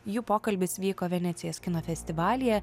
jų pokalbis vyko venecijos kino festivalyje